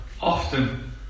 often